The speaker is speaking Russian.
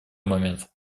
момент